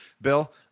Bill